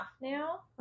now